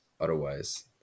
otherwise